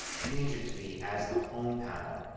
change it to be as the home panel